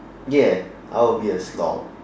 yes I will be a slog